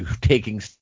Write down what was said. taking